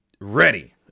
ready